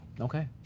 Okay